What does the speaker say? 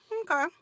okay